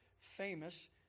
famous